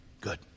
Good